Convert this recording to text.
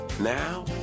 Now